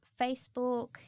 Facebook